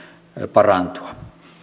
parantua